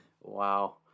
Wow